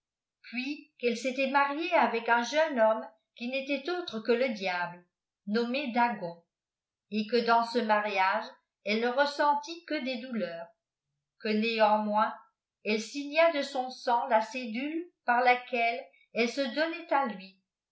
puis qu'elle s'était mariée avec un jeune homme qui n'était autre que le diable nommé dagon et que dans ce mariage elle ne ressentit qne des douurs que néanmoins elle signa de son sang la cëdule par laqoellle elle se donnait b lui